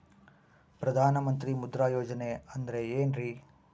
ಪ್ರಧಾನ ಮಂತ್ರಿ ಮುದ್ರಾ ಯೋಜನೆ ಅಂದ್ರೆ ಏನ್ರಿ?